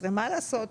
מה לעשות?